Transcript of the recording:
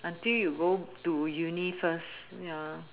until you go to uni first ya